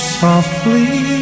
softly